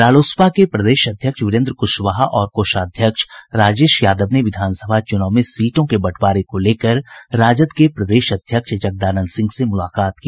रालोसपा के प्रदेश अध्यक्ष वीरेन्द्र कुशवाहा और कोषाध्यक्ष राजेश यादव ने विधानसभा चुनाव में सीटों के बंटवारे को लेकर राजद के प्रदेश अध्यक्ष जगदानंद सिंह से मुलाकात की